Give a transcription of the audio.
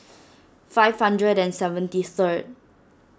five hundred and seventy third